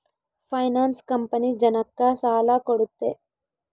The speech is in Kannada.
ಫೈನಾನ್ಸ್ ಕಂಪನಿ ಜನಕ್ಕ ಸಾಲ ಕೊಡುತ್ತೆ